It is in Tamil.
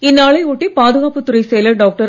இந்நாளை ஒட்டி பாதுகாப்புத் துறைச் செயலர் டாக்டர்